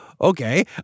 okay